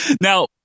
Now